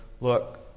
Look